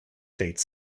state